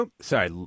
Sorry